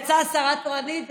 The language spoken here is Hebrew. יצא שאני שרה תורנית,